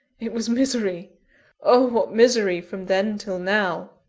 it was misery oh, what misery from then till now!